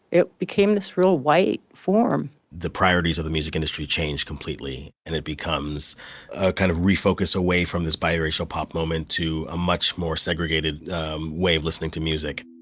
it became this real white form the priorities of the music industry changed completely and it becomes kind of refocus away from this bi-racial pop moment to a much more segregated wave listening to music